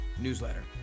newsletter